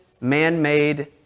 man-made